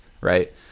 right